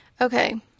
okay